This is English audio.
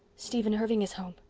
stephen irving is home?